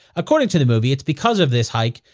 according to the movie, it's because of this hike,